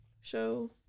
show